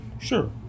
Sure